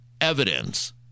evidence